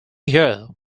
year